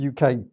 UK